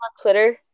Twitter